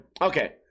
Okay